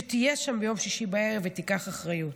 שתהיה שם בשישי בערב ותיקח אחריות.